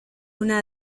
una